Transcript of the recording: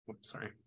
sorry